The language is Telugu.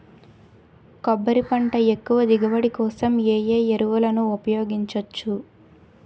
కొబ్బరి పంట ఎక్కువ దిగుబడి కోసం ఏ ఏ ఎరువులను ఉపయోగించచ్చు?